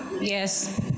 Yes